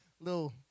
little